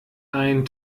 ein